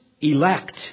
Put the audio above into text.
elect